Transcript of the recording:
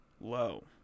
low